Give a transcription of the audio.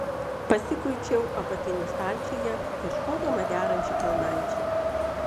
pasikuičiau apatinių stalčiuje ieškodama derančių kelnaičių